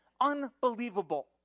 unbelievable